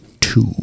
two